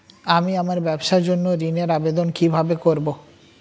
আমি আমার ব্যবসার জন্য ঋণ এর আবেদন কিভাবে করব?